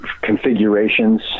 configurations